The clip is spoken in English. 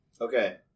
Okay